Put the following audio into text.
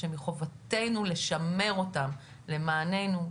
שמחובתנו לשמר אותם למעננו,